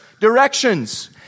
directions